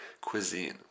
cuisine